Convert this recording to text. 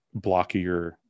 blockier